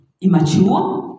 immature